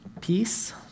Peace